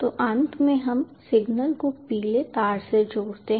तो अंत में हम सिग्नल को पीले तार से जोड़ते हैं